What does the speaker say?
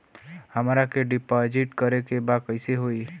हमरा के डिपाजिट करे के बा कईसे होई?